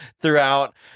throughout